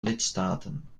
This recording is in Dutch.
lidstaten